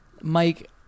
Mike